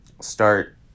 start